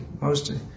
mostly